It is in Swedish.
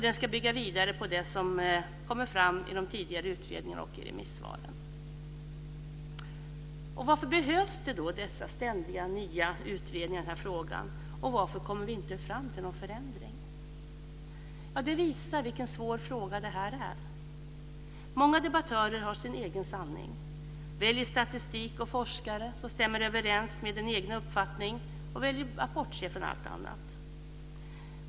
Den ska bygga vidare på det som kommit fram i tidigare utredningar och remissvar. Varför behövs då dessa ständiga nya utredningar i frågan? Varför kommer vi inte fram till någon förändring? Det visar vilken svår fråga det är. Många debattörer har sin egen sanning, väljer statistik och forskare som stämmer överens med den egna uppfattningen och väljer att bortse från allt annat.